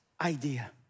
idea